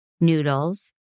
noodles